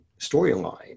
storyline